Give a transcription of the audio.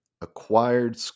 acquired